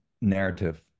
narrative